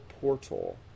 portal